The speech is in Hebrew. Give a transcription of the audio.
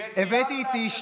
זה שהביא אותך לפה,